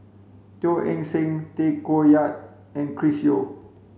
Teo Eng Seng Tay Koh Yat and Chris Yeo